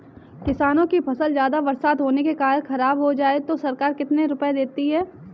किसानों की फसल ज्यादा बरसात होने के कारण खराब हो जाए तो सरकार कितने रुपये देती है?